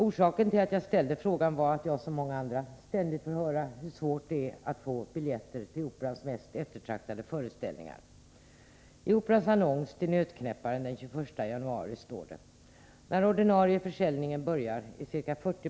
Orsaken till att jag ställde frågan var den att jag, liksom så många andra, ständigt får höra hur svårt det är att få biljetter till Operans mest eftertraktade föreställningar. Detta är också vad kulturministern angav i sitt svar.